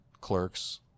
Clerks